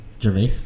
Gervais